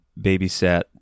babysat